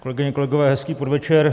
Kolegyně, kolegové, hezký podvečer.